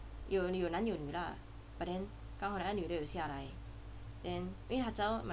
有有男有女啦 but then 那个女的有下来 then 因为她知道